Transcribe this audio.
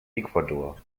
ecuador